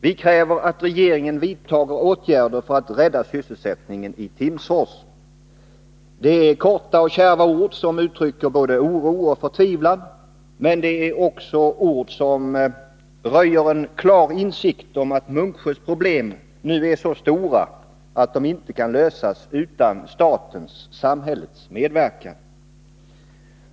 Vi kräver att regeringen vidtager åtgärder för att rädda sysselsättningen i Timsfors.” Det är kärva ord som uttrycker både oro och förtvivlan. Men det är också ord som röjer en klar insikt om att Munksjös problem nu är så stora att de inte kan lösas utan statens-samhällets medverkan.